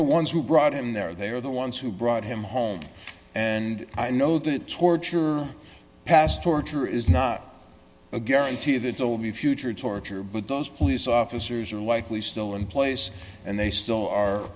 the ones who brought him there they are the ones who brought him home and i know that torture passed torture is not a guarantee that there will be future torture but those police officers are likely still in place and they still